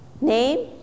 name